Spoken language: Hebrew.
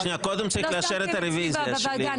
------------ קודם צריך לאשר את הרוויזיה שלי,